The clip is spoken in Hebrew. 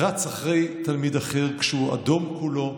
רץ אחרי תלמיד אחר כשהוא אדום כולו,